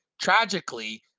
Tragically